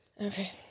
Okay